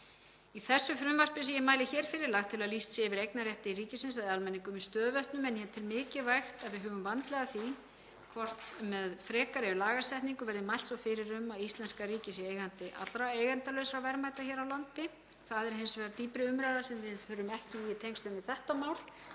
Í þessu frumvarpi sem ég mæli hér fyrir er lagt til að lýst sé yfir eignarrétti ríkisins að almenningum í stöðuvötnum, en ég tel mikilvægt að við hugum vandlega að því hvort með frekari lagasetningu verði mælt svo fyrir um að íslenska ríkið sé eigandi allra eigendalausra verðmæta hér á landi. Það er hins vegar dýpri umræða sem við förum ekki í í tengslum við þetta mál